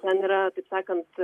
ten yra taip sakant